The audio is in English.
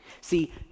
See